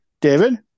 David